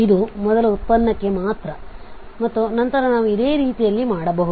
ಇದು ಮೊದಲ ಉತ್ಪನ್ನಕ್ಕೆ ಮಾತ್ರ ಮತ್ತು ನಂತರ ನಾವು ಇದೇ ರೀತಿಯಲ್ಲಿ ಮಾಡಬಹುದು